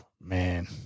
Man